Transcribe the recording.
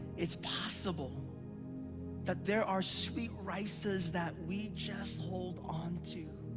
it's possible that there are sweet rices that we just hold on to,